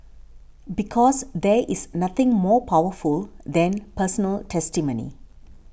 because there is nothing more powerful than personal testimony